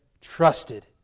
trusted